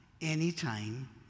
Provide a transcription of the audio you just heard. anytime